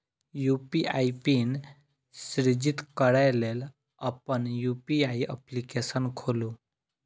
UPI pin सृजित करै लेल अपन यू.पी.आई एप्लीकेशन खोलू